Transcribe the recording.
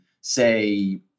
say